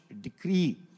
decree